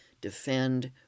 defend